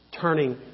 turning